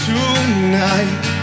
Tonight